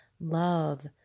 love